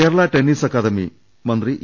Kerala tennis academy മന്ത്രി E